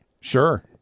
sure